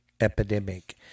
Epidemic